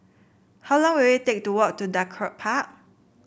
how long will it take to walk to Draycott Park